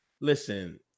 Listen